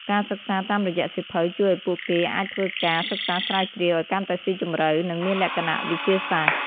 ការសិក្សាតាមរយៈសៀវភៅជួយឲ្យពួកគេអាចធ្វើការ សិក្សាស្រាវជ្រាវឲ្យកាន់តែស៊ីជម្រៅ និងមានលក្ខណៈវិទ្យាសាស្ត្រ។